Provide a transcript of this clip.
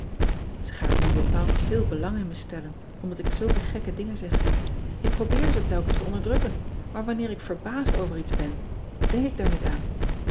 e gaat nu bepaald veel belang in me stellen omdat ik zulke gekke dingen zeg k probeer ze telkens te onderdrukken maar wanneer ik verbaasd over iets ben denk ik daar niet aan